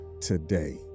today